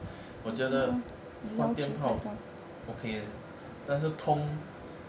我觉得换灯泡 okay leh 但是通